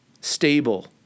stable